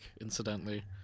incidentally